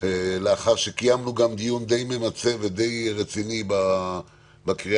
- לאחר שקיימנו דיון די ממצה ודי רציני בקריאה